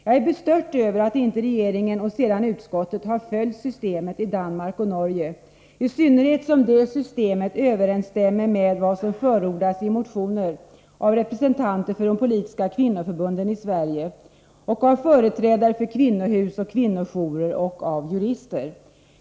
Jag är bestört över att inte regeringen och sedan utskottet har följt systemet i Danmark och Norge, i synnerhet som det systemet överensstämmer med vad som förordas i motioner av representanter för de politiska kvinnoförbunden i Sverige och av företrädare för kvinnohus och kvinnojourer samt av jurister.